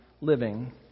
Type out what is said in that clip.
living